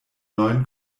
neuen